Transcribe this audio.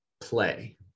play